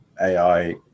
AI